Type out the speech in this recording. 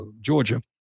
Georgia